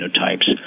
genotypes